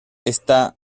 está